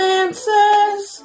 answers